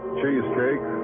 cheesecake